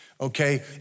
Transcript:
okay